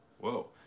whoa